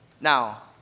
Now